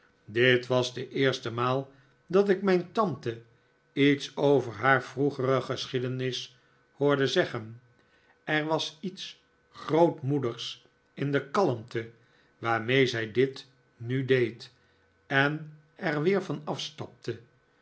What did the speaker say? dit was de eerste maal dat ik mijn tante iets over haar vroegere geschiedenis hoorde zeggen er was iets grootmoedigs in de kahnte waarmee zij dit nu deed en er weer van afstapte